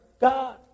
God